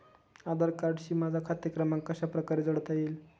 आधार कार्डशी माझा खाते क्रमांक कशाप्रकारे जोडता येईल?